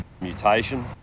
mutation